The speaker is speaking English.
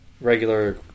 regular